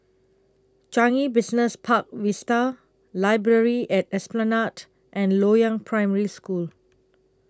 Changi Business Park Vista Library At Esplanade and Loyang Primary School